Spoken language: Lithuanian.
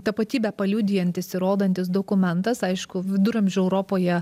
tapatybę paliudijantis įrodantis dokumentas aišku viduramžių europoje